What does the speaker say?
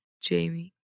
Jamie